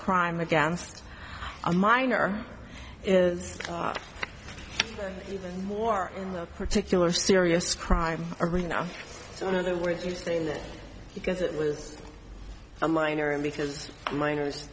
crime against a minor is even more in the particular serious crime arena so in other words you're saying that because it was a minor and because minors